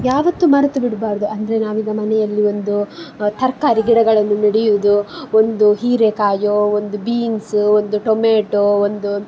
ಯಾವತ್ತೂ ಮರ್ತು ಬಿಡಬಾರ್ದು ಅಂದರೆ ನಾವೀಗ ಮನೆಯಲ್ಲಿ ಒಂದು ತರಕಾರಿ ಗಿಡಗಳನ್ನು ನಡಿಯೋದು ಒಂದು ಹೀರೆಕಾಯೋ ಒಂದು ಬೀನ್ಸ್ ಒಂದು ಟೊಮೇಟೊ ಒಂದು